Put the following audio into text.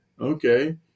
okay